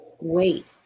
Wait